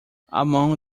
among